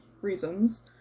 reasons